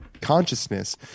consciousness